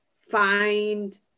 find